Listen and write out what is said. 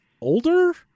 older